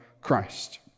Christ